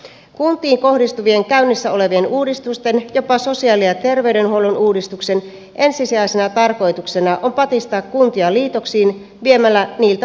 kuntiin kohdistuvien käynnissä olevien uudistusten jopa sosiaali ja terveydenhuollon uudistuksen ensisijaisena tarkoituksena on patistaa kuntia liitoksiin viemällä niiltä päätösvaltaa